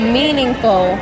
meaningful